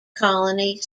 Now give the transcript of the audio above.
colony